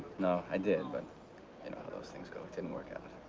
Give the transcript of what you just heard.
no. i did, but you know how those things go. it didn't work out.